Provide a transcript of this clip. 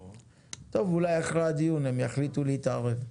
טוב, אולי אחרי הדיון הם יחליטו להתערב.